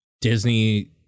Disney